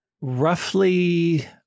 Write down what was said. Roughly